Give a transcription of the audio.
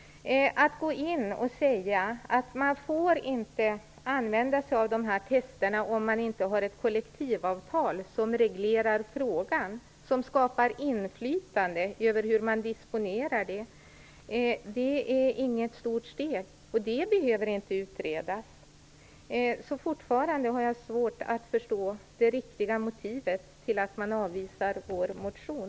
Att gå in och säga att de här testerna inte får användas om det inte finns ett kollektivavtal som reglerar frågan, som skapar inflytande över hur de disponeras, är inget stort steg. Det behöver inte utredas. Jag har fortfarande svårt att förstå det riktiga motivet till att man avvisar vår motion.